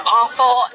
awful